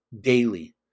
daily